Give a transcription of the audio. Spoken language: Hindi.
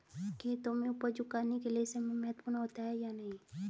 खेतों में उपज उगाने के लिये समय महत्वपूर्ण होता है या नहीं?